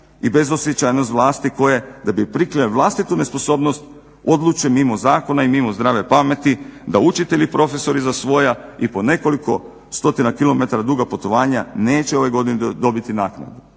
i bezosjećajnost vlasti koje da bi prikrile vlastitu nesposobnost odluče mimo zakona i mimo zdrave pameti da učitelji, profesori za svoja i po nekoliko stotina kilometara duga putovanja neće ove godine dobiti naknadu.